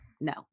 No